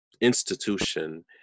institution